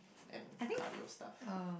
and cardio stuff